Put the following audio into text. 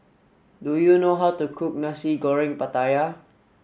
do you know how to cook Nasi Goreng Pattaya